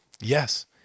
Yes